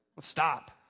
stop